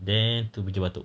then to bukit batok